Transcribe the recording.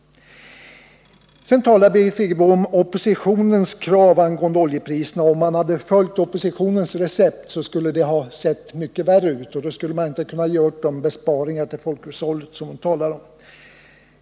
Sedan säger Birgit Friggebo att om man hade genomfört oppositionens krav beträffande oljepriserna hade det nu sett mycket värre ut, då hade man inte kunnat göra de besparingar för folkhushållet som hon talar om.